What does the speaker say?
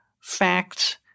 facts